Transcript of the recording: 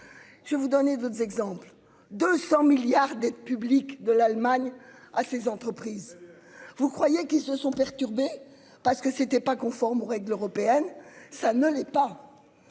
Je vous donner d'autres exemples, 200 milliards d'aides publiques de l'Allemagne à ces entreprises. Vous croyez qu'ils se sont perturbés parce que ce n'était pas conforme aux règles européennes, ça ne l'est pas.